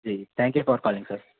ji thank you for calling sir